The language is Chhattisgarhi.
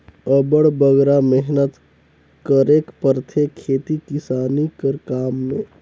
अब्बड़ बगरा मेहनत करेक परथे खेती किसानी कर काम में